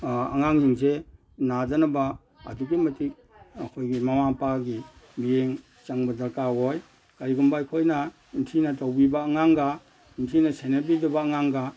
ꯑꯉꯥꯡꯁꯤꯡꯁꯦ ꯅꯗꯅꯕ ꯑꯗꯨꯛꯀꯤ ꯃꯇꯤꯛ ꯑꯩꯈꯣꯏꯒꯤ ꯃꯃꯥ ꯃꯄꯥꯒꯤ ꯃꯤꯠꯌꯦꯡ ꯆꯪꯕ ꯗꯔꯀꯥꯔ ꯑꯣꯏ ꯀꯔꯤꯒꯨꯝꯕ ꯑꯩꯈꯣꯏꯅ ꯅꯤꯡꯊꯤꯅ ꯇꯧꯕꯤꯕ ꯑꯉꯥꯡꯒ ꯅꯤꯡꯊꯤꯅ ꯁꯦꯅꯕꯤꯗꯕ ꯑꯉꯥꯡꯒ